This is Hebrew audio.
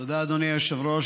תודה, אדוני היושב-ראש.